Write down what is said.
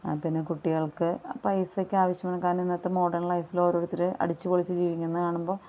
പിന്നെ കുട്ടികൾക്ക് പൈസക്കാവശ്യം കാരണം ഇന്നത്തെ മോഡേൺ ലൈഫിൽ ഓരോരുത്തർ അടിച്ച് പൊളിച്ച് ജീവിക്കുന്നത് കാണുമ്പോൾ